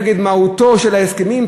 נגד מהות ההסכמים,